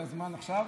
זה הזמן עכשיו,